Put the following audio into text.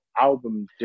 album